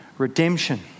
Redemption